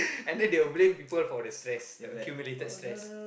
and then they will blame people for the stress the accumulated stress